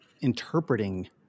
interpreting